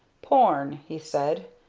porne, he said,